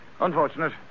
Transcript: Unfortunate